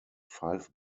five